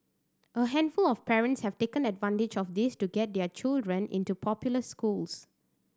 a handful of parents have taken advantage of this to get their children into popular schools